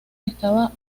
estaba